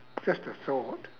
just a thought